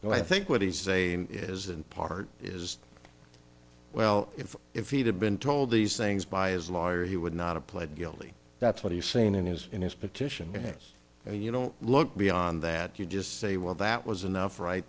blood i think what he's saying is that in part is well if if he'd been told these things by his lawyer he would not have pled guilty that's what he's saying in his in his petition yes and you don't look beyond that you just say well that was enough right